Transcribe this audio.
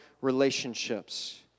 relationships